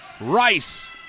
Rice